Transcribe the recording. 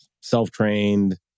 self-trained